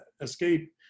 escape